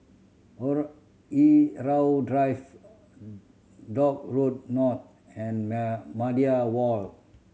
Irau Drive Dock Road North and Media